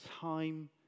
time